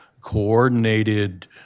coordinated